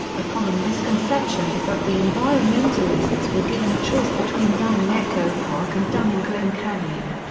a common misconception is that the environmentalists were given a choice between damming echo park and damming glen canyon,